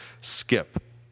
skip